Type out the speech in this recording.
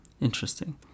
Interesting